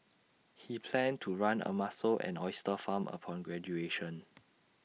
he planned to run A mussel and oyster farm upon graduation